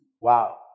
Wow